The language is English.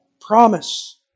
promise